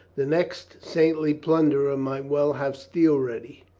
the next saintly plunderer might well have steel ready.